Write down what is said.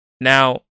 Now